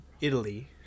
Italy